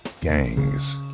gangs